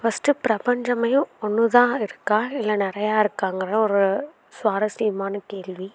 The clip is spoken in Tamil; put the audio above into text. ஃபர்ஸ்ட்டு பிரபஞ்சம்யோம் ஒன்று தான் இருக்கா இல்லை நிறையா இருக்காங்கிற ஒரு சுவாரஸ்யமான கேள்வி